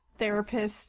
therapists